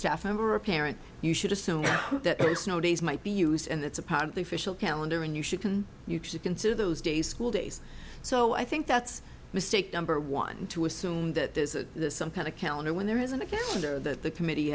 staff member or a parent you should assume that a snow days might be used and it's a part of the official calendar and you should can you should consider those days school days so i think that's mistake number one to assume that there's a some kind of calendar when there isn't a calendar that the committee